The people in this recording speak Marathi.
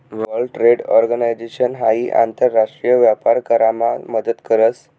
वर्ल्ड ट्रेड ऑर्गनाईजेशन हाई आंतर राष्ट्रीय व्यापार करामा मदत करस